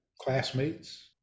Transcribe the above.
classmates